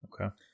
Okay